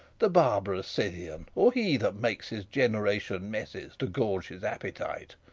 the barbarous scythian, or he that makes his generation messes to gorge his appetite,